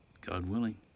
god willing.